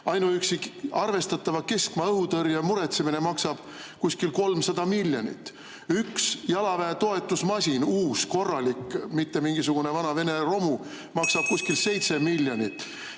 Ainuüksi arvestatava keskmaa õhutõrje muretsemine maksab kuskil 300 miljonit, üks jalaväe toetusmasin – uus, korralik, mitte mingisugune vana Vene romu –, maksab kuskil 7 miljonit.